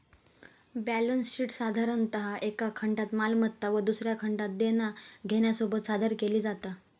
balance शीटसाधारणतः एका खंडात मालमत्ता व दुसऱ्या खंडात देना घेण्यासोबत सादर केली जाता